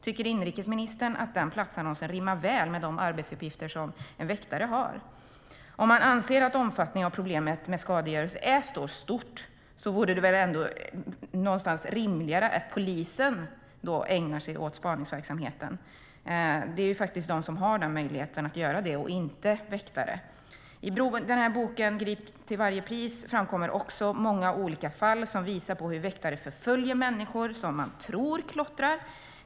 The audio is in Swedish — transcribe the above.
Tycker inrikesministern att platsannonsen rimmar väl med de arbetsuppgifter en väktare har? Om man anser att omfattningen av problemet med skadegörelse är så stort vore det väl ändå rimligare att polisen ägnar sig åt spaningsverksamheten. Det är faktiskt de som har möjligheten att göra det - inte väktare. I boken Grip till varje pris framkommer många olika fall där väktare förföljer människor de tror klottrar.